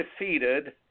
defeated